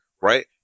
right